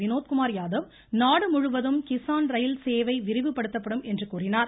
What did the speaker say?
வினோத்குமார் யாதவ் நாடு முழுவதும் கிஸான் ரயில் சேவை விரிவுபடுத்தப்படும் என்று கூறினார்